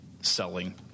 selling